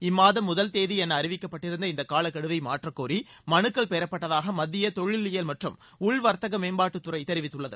இம்மாதம் முதல் தேதி என அறிவிக்கப்பட்டிருந்த இந்த காலக்கெடுவை மாற்றக்கோரி மலுக்கள் பெறப்பட்டதாக மத்திய தொழிலியல் மற்றும் உள்வர்த்தக மேம்பாட்டுத் துறை தெரிவித்துள்ளது